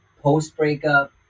post-breakup